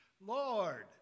Lord